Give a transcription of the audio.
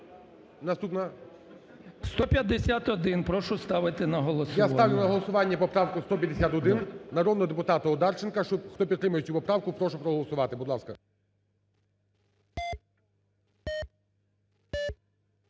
151 прошу ставити на голосування. ГОЛОВУЮЧИЙ. Я ставлю на голосування поправку 151 народного депутата Одарченка. Хто підтримує цю поправку, прошу проголосувати,